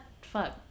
fuck